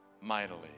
mightily